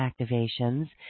activations